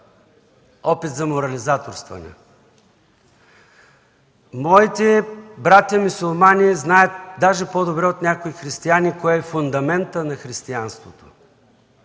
опит за морализаторстване. Моите братя мюсюлмани знаят дори по-добре от някои християни кой е фундаментът на християнството.